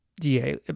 DA